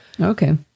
Okay